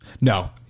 No